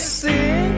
sing